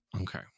Okay